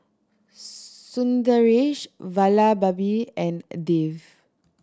Sundaresh Vallabhbhai and Dev